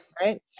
Right